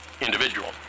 individual